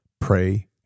pray